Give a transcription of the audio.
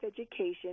Education